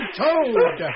toad